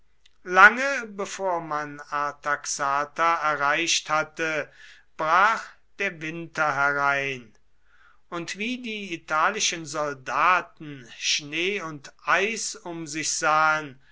lange bevor man artaxata erreicht hatte brach der winter herein und wie die italischen soldaten schnee und eis um sich sahen